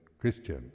Christian